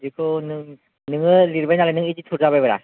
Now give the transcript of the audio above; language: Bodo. बेदिखौ नों नोङो लिरबाय नालाय नों इडिटर जाबाय ब्रा